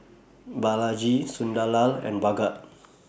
Balaji Sunderlal and Bhagat